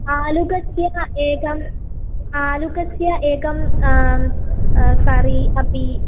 आलुकस्य एकम् आलुकस्य एकं करि अपि